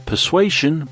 Persuasion